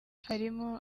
harimo